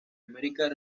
american